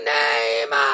name